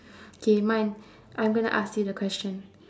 okay mine I'm gonna ask you the question